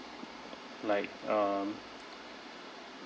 like um